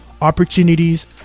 opportunities